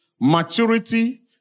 maturity